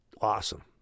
awesome